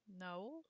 No